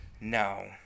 No